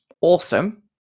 awesome